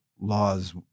laws